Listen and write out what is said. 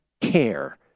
Care